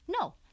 No